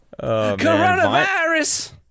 Coronavirus